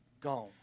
Gone